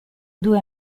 due